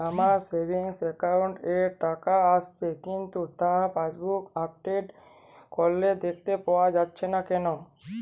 আমার savings account এ টাকা আসছে কিন্তু তা পাসবুক আপডেট করলে দেখতে পাওয়া যাচ্ছে না কেন?